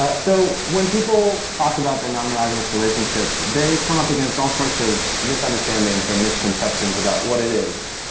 so when people talk about their non-monogamous relationships, they come up against all sorts of misunderstandings and misconceptions about what it is.